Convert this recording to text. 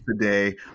today